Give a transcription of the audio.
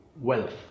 Wealth